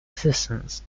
assistance